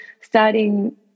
starting